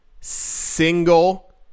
single